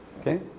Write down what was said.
Okay